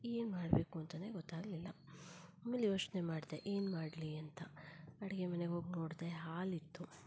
ಏನ್ಮಾಡಬೇಕೂಂತಲೇ ಗೊತ್ತಾಗಲಿಲ್ಲ ಆಮೇಲೆ ಯೋಚ್ನೆ ಮಾಡಿದೆ ಏನು ಮಾಡಲಿ ಅಂತ ಅಡುಗೆ ಮನೆಗೆ ಹೋಗಿ ನೋಡಿದೆ ಹಾಲಿತ್ತು